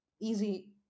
easy